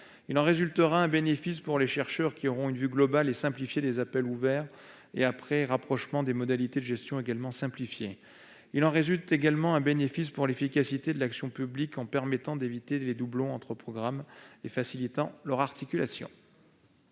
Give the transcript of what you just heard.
Il en résultera un bénéfice pour les chercheurs, qui auront une vue globale et simplifiée des appels ouverts et après rapprochement des modalités de gestion également simplifiées. Il en résultera également un bénéfice pour l'efficacité de l'action publique, en évitant les doublons entre programmes et en facilitant leur articulation.